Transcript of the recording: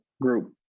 group